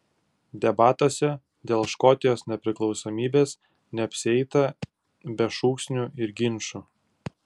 debatuose dėl škotijos nepriklausomybės neapsieita be šūksnių ir ginčų